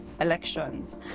elections